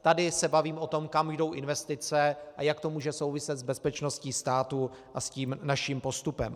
Tady se bavíme o tom, kam jdou investice a jak to může souviset s bezpečností státu a s tím naším postupem.